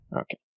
Okay